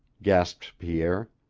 gasped pierre.